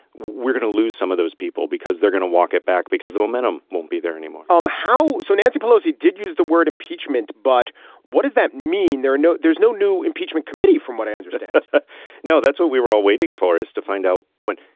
we're going to lose some of those people because they're going to walk it back because the momentum won't be there anymore um how so nancy pelosi did use the word impeachment. but what does that mean. there are no there's no new impeachment committee from what i understand no that's what we were all waiting for us to find out when.